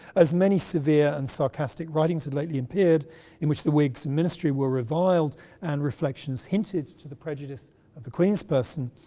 as many severe and sarcastic writings had lately appeared in which the whigs and ministry were reviled and reflections hinted to the prejudice of the queen's person,